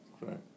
right